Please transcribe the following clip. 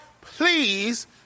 please